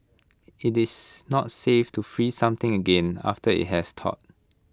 IT is not safe to freeze something again after IT has thawed